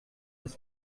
dass